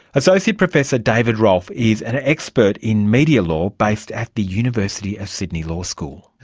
associate professor david rolph is an expert in media law, based at the university of sydney law school.